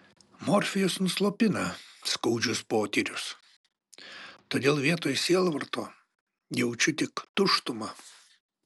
morfijus nuslopina skaudžius potyrius todėl vietoj sielvarto jaučiu tik tuštumą